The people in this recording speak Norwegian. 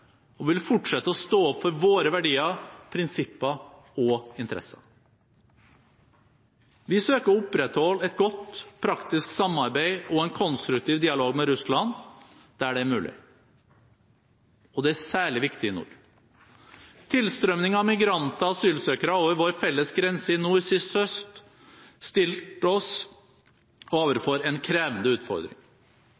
vi vil fortsette å stå opp for våre verdier, prinsipper og interesser. Vi søker å opprettholde et godt praktisk samarbeid og en konstruktiv dialog med Russland, der det er mulig. Dette er særlig viktig i nord. Tilstrømmingen av migranter og asylsøkere over vår felles grense i nord sist høst stilte oss